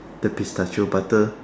the pistachio butter